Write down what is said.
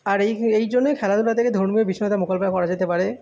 আর এই এই জন্যই খেলাধুলা থেকে ধর্মীয় বিষয়টা মোকাবেলা করা যেতে পারে